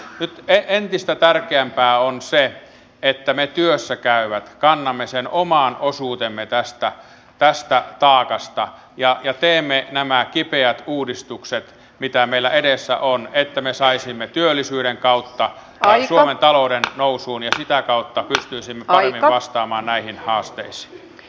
nyt entistä tärkeämpää on se että me työssä käyvät kannamme sen oman osuutemme tästä taakasta ja teemme nämä kipeät uudistukset mitä meillä edessä on että me saisimme työllisyyden kautta suomen talouden nousuun ja sitä kautta pystyisimme paremmin vastaamaan näihin haasteisiin